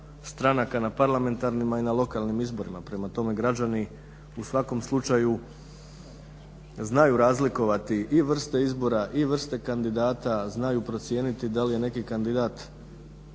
na parlamentarnima i na lokalnim izborima. Prema tome, građani u svakom slučaju znaju razlikovati i vrste izbora i vrste kandidata, znaju procijeniti da li je neki kandidat